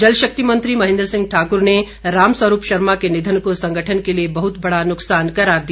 जलशक्ति मंत्री महेंद्र सिंह ठाक्र ने राम स्वरूप शर्मा के निधन को संगठन के लिए बहुत बड़ा नुकसान करार दिया